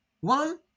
one